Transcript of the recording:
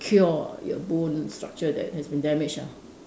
cure your bone structure that has been damaged ah